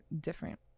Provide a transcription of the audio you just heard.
different